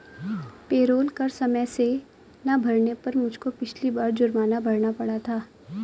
payroll कर समय से ना भरने पर मुझको पिछली बार जुर्माना भरना पड़ा था